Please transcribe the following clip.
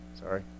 Sorry